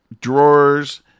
drawers